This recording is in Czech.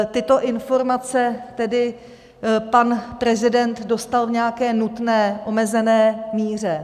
Tyto informace tedy pan prezident dostal v nějaké nutné, omezené míře.